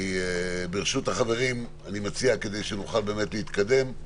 ברשות החברים, אני מציע כדי שנוכל להתקדם,